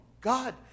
God